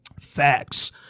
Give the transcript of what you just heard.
Facts